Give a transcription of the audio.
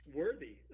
worthy